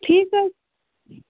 ٹھیٖک حظ